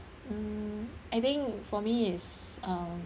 um I think for me is um